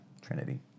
Trinity